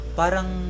parang